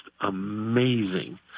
amazing